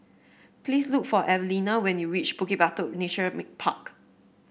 please look for Evelina when you reach Bukit Batok Nature Park